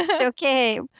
Okay